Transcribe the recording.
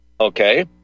okay